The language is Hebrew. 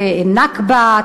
ונכבה,